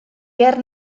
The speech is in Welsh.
ger